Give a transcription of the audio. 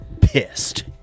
pissed